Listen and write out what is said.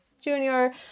junior